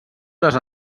les